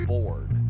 Bored